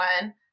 one